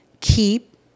keep